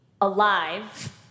alive